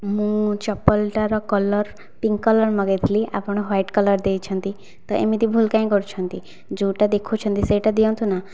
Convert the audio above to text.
ମୁଁ ଚପଲ ଟାର କଲର ପିଙ୍କ କଲର ମଗେଇଥିଲି ଆପଣ ହ୍ୱାଇଟ କଲରର ଦେଇଛନ୍ତି ତ ଏମିତି ଭୁଲ କାହିଁ କରୁଛନ୍ତି ଯେଉଁଟା ଦେଖାଉଛନ୍ତି ସେଇଟା ଦିଅନ୍ତୁ ନା